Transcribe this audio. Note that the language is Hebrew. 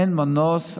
אין מנוס,